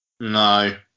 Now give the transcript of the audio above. no